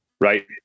right